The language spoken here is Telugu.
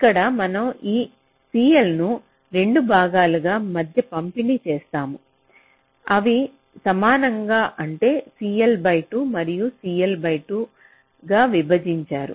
ఇక్కడ మనం ఈ CL ను 2 భాగాల మధ్య పంపిణీ చేసాము అవి సమానంగా అంటే CL బై 2 మరియు CL బై 2 గా విభజించారు